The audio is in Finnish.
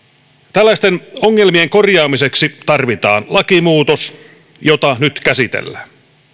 tällaisten ongelmien korjaamiseksi tarvitaan lakimuutos jota nyt käsitellään